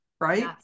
right